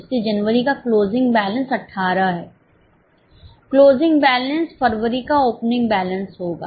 इसलिए जनवरी का क्लोजिंग बैलेंस 18 है क्लोजिंग बैलेंस फरवरी का ओपनिंग बैलेंस होगा